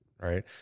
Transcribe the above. right